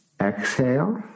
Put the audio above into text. Exhale